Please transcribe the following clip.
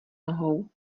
nohou